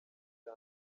cya